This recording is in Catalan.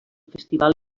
festival